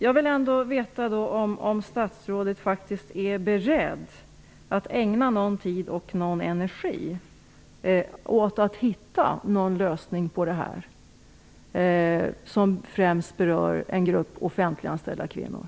Jag vill ändå veta om statsrådet är beredd att ägna någon tid och energi åt att hitta en lösning på det här problemet, som främst berör en grupp offentliganställda kvinnor.